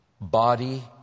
body